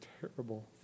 terrible